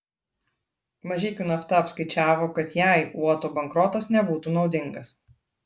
mažeikių nafta apskaičiavo kad jai uoto bankrotas nebūtų naudingas